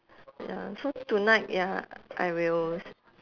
ya so tonight ya I will